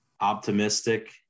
optimistic